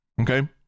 Okay